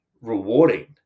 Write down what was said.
rewarding